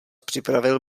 připravil